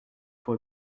pour